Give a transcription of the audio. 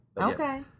Okay